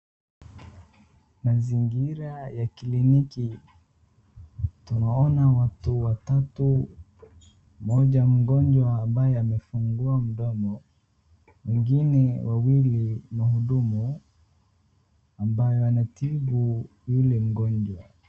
Mazingira ya kliniki. Tunaona watu watatu, mmoja mgonjwa ambaye amefungua mdomo. Wengine wawili ni wahudumu ambaye wanatibu yule mgonjwa.